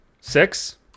six